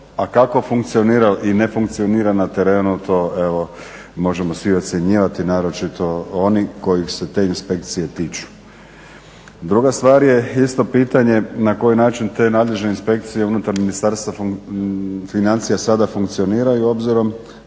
a kako funkcionira i ne funkcionira na terenu to evo možemo svi ocjenjivati, naročito oni kojih se te inspekcije tiču. Druga stvar je isto pitanje na koji način te nadležne inspekcije unutar Ministarstva financija sada funkcioniraju, obzirom